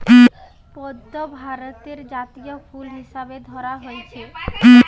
পদ্ম ভারতের জাতীয় ফুল হিসাবে ধরা হইচে